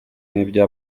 n’ibyo